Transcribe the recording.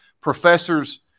professor's